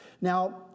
Now